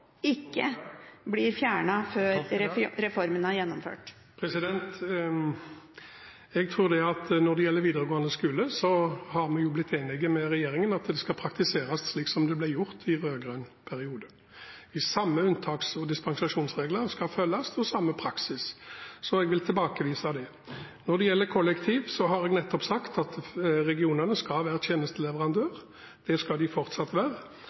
ikke blir fjernet før reformen er gjennomført? Jeg tror at når det gjelder videregående skole, har vi blitt enige med regjeringen om at det skal praktiseres sånn det ble gjort i rød-grønn periode. De samme unntaks- og dispensasjonsregler skal følges, og samme praksis. Så det vil jeg tilbakevise. Når det gjelder kollektivtrafikk, har jeg nettopp sagt at regionene skal være tjenesteleverandør. Det skal de fortsatt være.